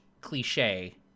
cliche